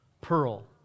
pearl